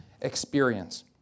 experience